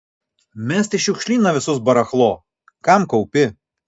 mest į šiukšlyną visus barachlo kam kaupi